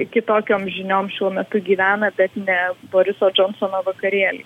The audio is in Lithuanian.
kitokiom žiniom šiuo metu gyvena bet ne boriso džonsono vakarėly